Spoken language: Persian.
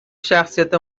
شخصیت